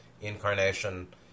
incarnation